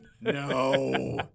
No